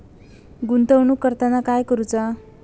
गुंतवणूक करताना काय करुचा?